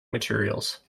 materials